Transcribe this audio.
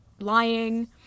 lying